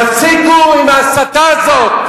תפסיקו עם ההסתה הזאת.